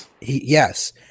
Yes